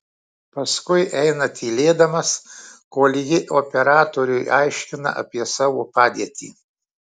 paskui eina tylėdamas kol ji operatoriui aiškina apie savo padėtį